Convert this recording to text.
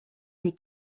des